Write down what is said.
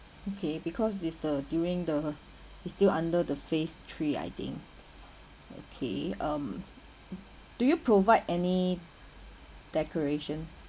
okay because this the during the it's still under the phase three I think okay um do you provide any decoration